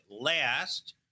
last